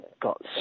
got